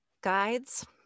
guides